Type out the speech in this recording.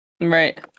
Right